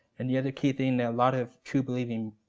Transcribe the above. and the other key thing that a lot of true believing,